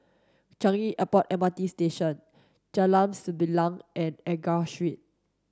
Changi Airport M R T Station Jalan Sembilang and Enggor Street